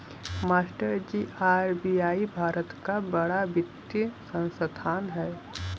मास्टरजी आर.बी.आई भारत का बड़ा वित्तीय संस्थान है